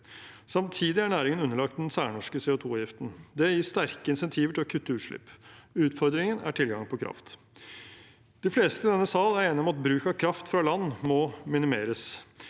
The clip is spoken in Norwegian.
Samtidig er næringen underlagt den særnorske CO2-avgiften. Det gir sterke insentiver til å kutte utslipp. Utfordringen er tilgang på kraft. De fleste i denne sal er enige om at bruk av kraft fra land må minimeres.